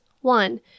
One